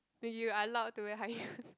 when you are allowed to wear high heels